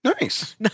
Nice